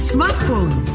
Smartphone